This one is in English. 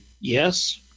yes